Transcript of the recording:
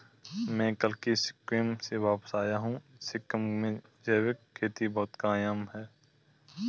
मैं कल ही सिक्किम से वापस आया हूं सिक्किम में जैविक खेती बहुत कामयाब है